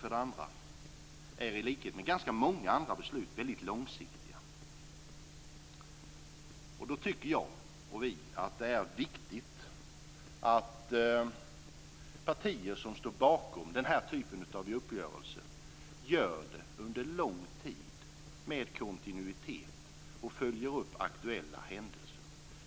För det andra är energibeslut i likhet med ganska många andra beslut långsiktiga. Vi tycker att det är viktigt att partier som står bakom den här typen av uppgörelser gör det under en lång tid. Det skall vara en kontinuitet, och man skall följa aktuella händelser.